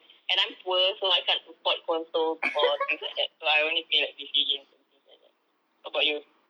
and I'm poor so I can't afford consoles or things like that so I only play like P_C games and things like that what about you